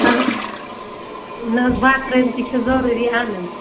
نہ حظ بتہٕ ترٲمۍ تہِ چھِ ضروٗری اَنٕنۍ